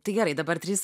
tai gerai dabar trys